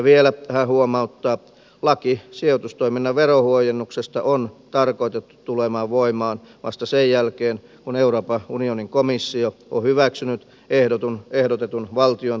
vielä hän huomauttaa että laki sijoitustoiminnan veronhuojennuksesta on tarkoitettu tulemaan voimaan vasta sen jälkeen kun euroopan unionin komissio on hyväksynyt ehdotetun valtiontuen